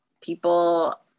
people